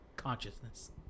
Consciousness